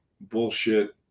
bullshit